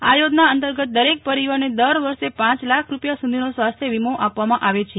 આ યોજના અંતર્ગત દરેક પરિવારને દર વર્ષે પાંચ લાખ રૂપિયા સુધીનો સ્વાસ્થ્ય વીમો આપવામાં આવે છે